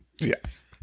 Yes